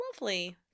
lovely